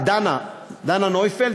דנה נויפלד,